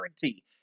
guarantee